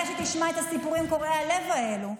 אחרי שתשמע את הסיפורים קורעי הלב האלה.